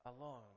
alone